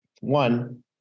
One